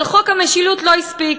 אבל חוק המשילות לא הספיק,